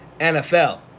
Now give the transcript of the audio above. NFL